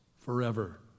forever